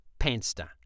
panster